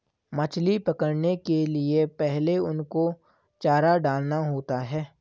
मछली पकड़ने के लिए पहले उनको चारा डालना होता है